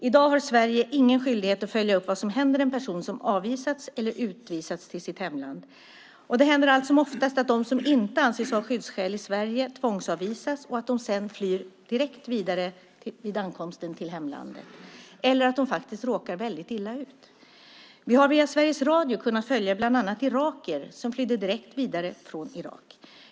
I dag har Sverige ingen skyldighet att följa upp vad som händer en person som avvisats eller utvisats till sitt hemland. Det händer allt som oftast att de som inte anses ha skyddsskäl i Sverige tvångsavvisas och att de sedan flyr direkt vidare vid ankomsten till hemlandet eller råkar väldigt illa ut. Vi har via Sveriges Radio kunnat följa bland annat irakier som flytt direkt vidare från Irak.